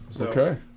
Okay